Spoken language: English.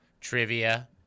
trivia